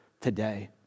today